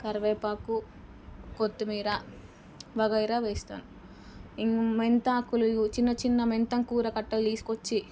కరివేపాకు కొత్తిమీర వగైరా వేస్తాను మెంతాకులు చిన్న చిన్న మెంతి కూర కట్టలు తీసుకొచ్చి